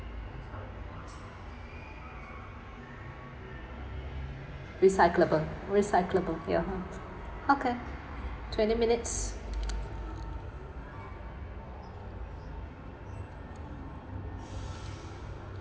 recyclable recyclable ya okay twenty minutes